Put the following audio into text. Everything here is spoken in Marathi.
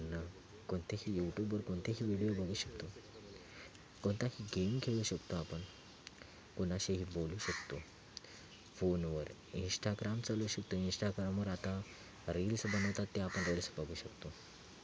आपण कोणतेही यूट्युबवर कोणतेही व्हिडिओ बघू शकतो कोणताही गेम खेळू शकतो आपण कोणाशीही बोलू शकतो फोनवर इन्स्टाग्राम चालू असेल तर इन्स्टाग्रामवर आता रील्स बनवतात ते आपण रील्स बघू शकतो